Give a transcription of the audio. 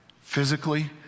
physically